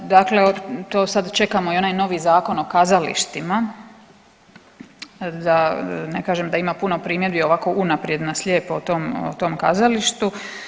Dakle, to sad čekamo i onaj novi zakon o kazalištima da ne kažem da ima puno primjedbi ovako unaprijed na slijepo o tom, o tom kazalištu.